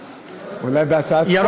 אולי בהצעת חוק.